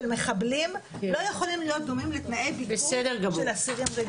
מחבלים לא יכולים להיות דומים לתנאי ביקור של אסירים רגילים.